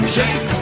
Shake